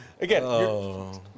Again